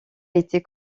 été